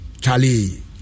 Charlie